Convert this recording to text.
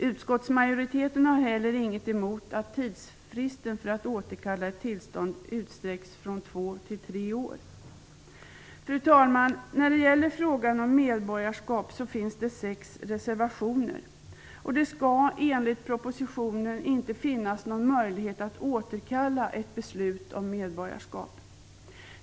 Utskottsmajoriteten har heller ingenting emot att tidsfristen för att återkalla ett tillstånd utsträcks från två till tre år. Fru talman! Det finns sex reservationer som gäller frågan om medborgarskap fogade till betänkandet. Det skall enligt propositionen inte finnas någon möjlighet att återkalla ett beslut om medborgarskap.